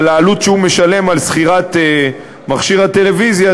על העלות שהוא משלם על שכירת מכשיר הטלוויזיה,